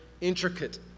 intricate